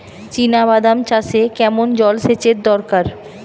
চিনাবাদাম চাষে কেমন জলসেচের দরকার?